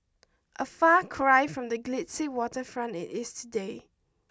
a far cry from the glitzy waterfront it is today